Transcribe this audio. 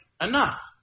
enough